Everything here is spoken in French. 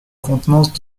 contenance